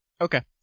Okay